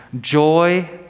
joy